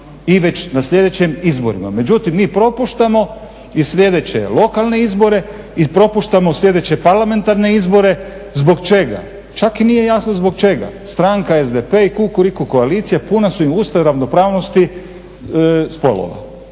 i već na sljedećim izborima, međutim mi propuštamo i sljedeće lokalne izbore i propuštamo sljedeće parlamentarne izbore, zbog čega? Zbog čega? Čak i nije jasno zbog čega. Stranka SDP i kukuriku koalicija puna su im usta ravnopravnosti spolova.